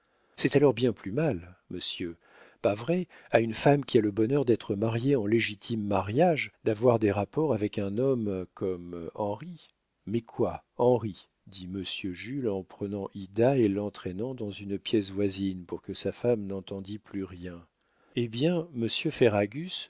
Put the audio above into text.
c'est alors bien plus mal monsieur pas vrai à une femme qui a le bonheur d'être mariée en légitime mariage d'avoir des rapports avec un homme comme henri mais quoi henri dit monsieur jules en prenant ida et l'entraînant dans une pièce voisine pour que sa femme n'entendît plus rien eh bien monsieur